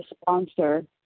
sponsor